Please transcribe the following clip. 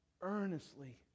earnestly